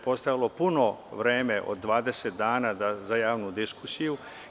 Postojalo je puno vremena od 20 dana za javnu diskusiju.